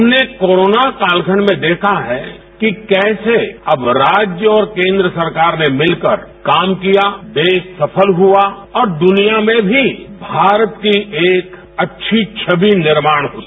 हमने कोरोना कालखंड में देखा है कि कैसे अब राज्य और केंद्र सरकार ने मिलकर काम किया देश सफल हुआ और द्निया में भी भारत की एक अच्छी छवि निर्माण हुई